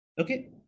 Okay